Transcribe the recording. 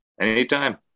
anytime